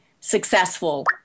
successful